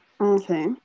Okay